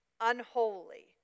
unholy